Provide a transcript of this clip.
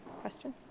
question